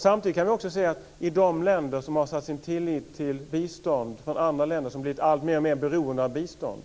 Samtidigt kan vi också se att i de länder som har satt sin tillit till bistånd från andra länder och som blivit alltmer beroende av bistånd